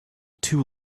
too